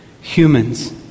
humans